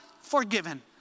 Forgiven